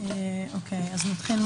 בבקשה.